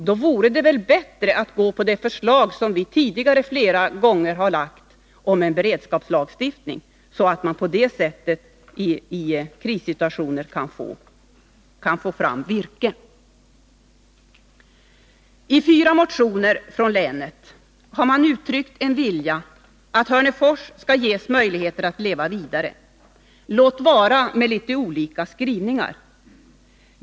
Det vore väl bättre att ansluta sig till det förslag om en beredskapslagstiftning som vi flera gånger tidigare har lagt fram, så att man på det sättet kan få fram virke i krissituationer. I fyra motioner från länet har det uttryckts en vilja, låt vara med litet olika skrivningar, att Hörnefors skall ges möjligheter att leva vidare.